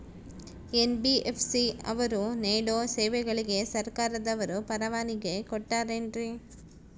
NBFC ಅವರು ನೇಡೋ ಸೇವೆಗಳಿಗೆ ಸರ್ಕಾರದವರು ಪರವಾನಗಿ ಕೊಟ್ಟಾರೇನ್ರಿ?